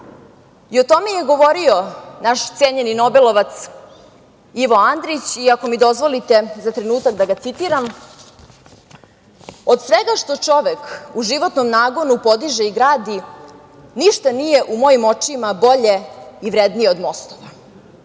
tome je govorio naš cenjeni nobelovac, Ivo Andrić, i ako mi dozvolite za trenutak da ga citiram : „Od svega što čovek u životnom nagonu podiže i gradi ništa nije u mojim očima bolje i vrednije od mostova.